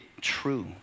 true